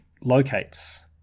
locates